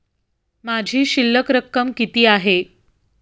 माझी शिल्लक रक्कम किती आहे?